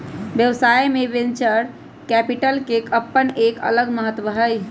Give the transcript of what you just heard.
व्यवसाय में venture capital के अपन एक अलग महत्व हई